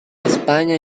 españa